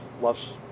loves